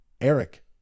Eric